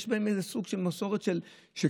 יש בהם איזה סוג של מסורת של כשרות,